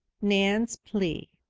nan's plea